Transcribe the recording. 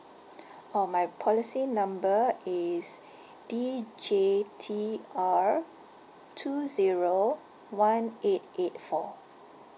oh my policy number is D J T R two zero one eight eight four